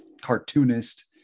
cartoonist